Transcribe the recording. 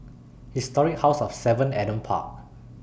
Historic House of seven Adam Park